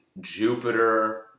Jupiter